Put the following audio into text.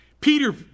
Peter